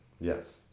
Yes